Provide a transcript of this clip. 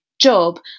job